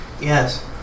Yes